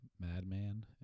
Madman